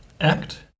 act